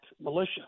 militia